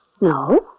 No